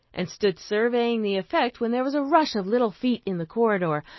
and stood surveying the effect when there was a rush of little feet in the corridor,